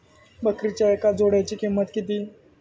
बकरीच्या एका जोडयेची किंमत किती?